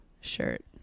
shirt